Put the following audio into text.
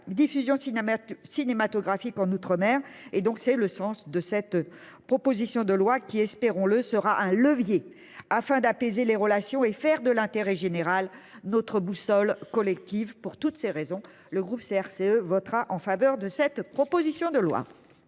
Sid-Ahmed cinématographique en outre-mer et donc c'est le sens de cette proposition de loi qui, espérons-le, sera un levier afin d'apaiser les relations et faire de l'intérêt général. Notre boussole collective pour toutes ces raisons, le groupe CRCE votera en faveur de cette proposition de loi.